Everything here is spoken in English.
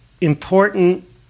important